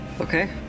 Okay